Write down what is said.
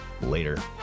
Later